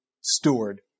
steward